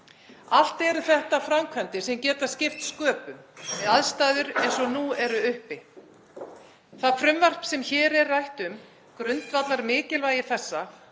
Allt eru þetta framkvæmdir sem geta skipt sköpum við aðstæður eins og nú eru uppi. Það frumvarp sem hér er rætt um grundvallar mikilvægi þessa